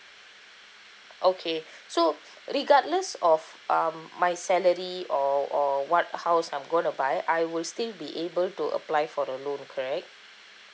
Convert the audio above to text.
okay so regardless of um my salary or or what house I'm gonna buy l will still be able to apply for the loan correct